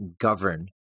govern